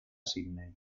sydney